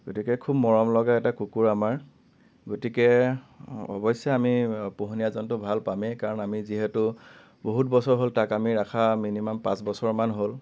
গতিকে খুব মৰমলগা এটা কুকুৰ আমাৰ গতিকে অৱশ্যে আমি পোহনীয়া জন্তু ভাল পামেই কাৰণ আমি যিহেতু বহুত বছৰ হ'ল তাক আমি ৰখা মিনিমাম পাঁচ বছৰমান হ'ল